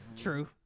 True